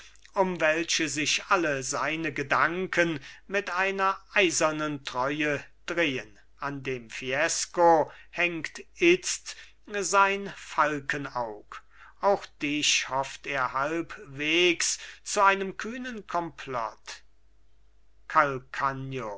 um welche sich alle seine gedanken mit einer eisernen treue drehen an dem fiesco hängt itzt sein falkenaug auch dich hofft er halbwegs zu einem kühnen komplott